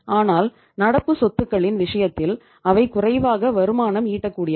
ஆனால் நடப்பு சொத்துக்களின் விஷயத்தில் அவை குறைவாக வருமானம் ஈட்டக்கூடியவை